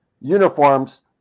uniforms